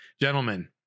gentlemen